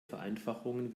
vereinfachungen